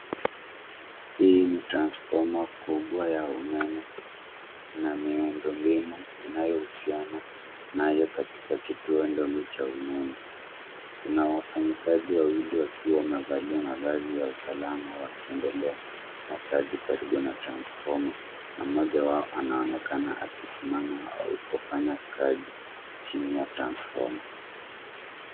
Hii ni transfoma kubwa ya umeme na miundo mbinu inayohusiana nayo katika kituo ndogo cha umeme. Kuna wafanyikazi wawili wakiwa wamevalia mavazi ya usalama wakiendelea na kazi karibu na transfoma na mmoja wao anaonekana akisimama au kufanya kazi chini ya transfoma.